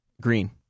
Green